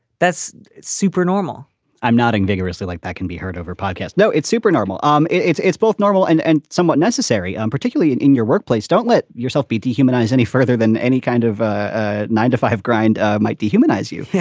that's supernormal i'm nodding vigorously like that can be heard over podcast. no, it supernormal. um it's it's both normal and and somewhat necessary, um particularly in in your workplace. don't let yourself be dehumanized any further than any kind of ah nine to five grind ah might dehumanize you. yeah